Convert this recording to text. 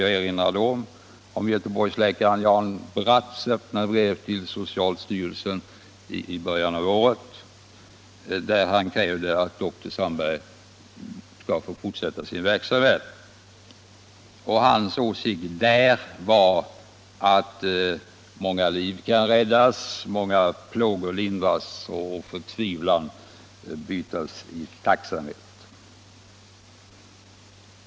Jag erinrar om Göteborgsläkaren Jan Bratts öppna brev till socialstyrelsen i början av året, där han krävde att doktor Sandberg skulle få fortsätta sin verksamhet. Hans åsikt är att då kan många liv räddas, många plågor lindras och förtvivlan bytas i tacksamhet.